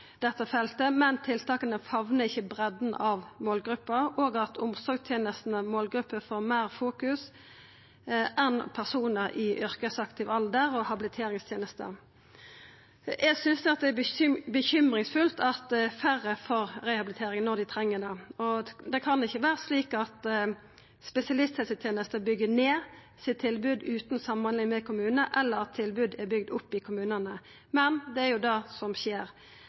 dette feltet, men tiltaka famnar ikkje breidda av målgruppa målgruppa innan omsorgstenestene vert sett meir i fokus enn personar i yrkesaktiv alder og habiliteringstenester Eg synest det er bekymringsfullt at færre får rehabilitering når dei treng det. Det kan ikkje vera slik at spesialisthelsetenesta byggjer ned sitt tilbod utan at det er samhandling med kommunane, eller at tilbod er bygde opp i kommunane, men det er jo det som skjer.